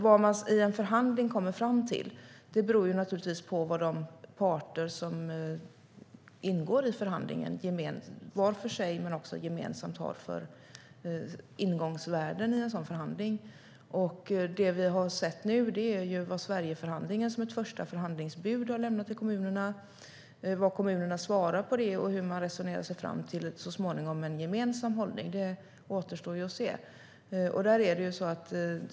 Vad man i en förhandling kommer fram till beror naturligtvis på vad de parter som ingår i förhandlingen, var för sig men även gemensamt, har för ingångsvärden i förhandlingen. Det vi har sett nu är ju vad Sverigeförhandlingen som ett första förhandlingsbud har lämnat till kommunerna. Vad kommunerna svarar på det och hur man så småningom resonerar sig fram till en gemensam hållning återstår att se.